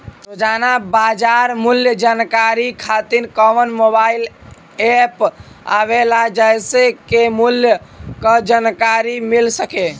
रोजाना बाजार मूल्य जानकारी खातीर कवन मोबाइल ऐप आवेला जेसे के मूल्य क जानकारी मिल सके?